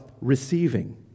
receiving